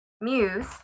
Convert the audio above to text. muse